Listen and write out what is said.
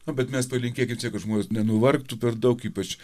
nu bet mes palinkėkim čia kad žmonės nenuvargtų per daug ypač